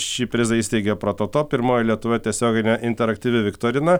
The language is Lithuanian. šį prizą įsteigė prototo pirmoji lietuvoje tiesioginė interaktyvi viktorina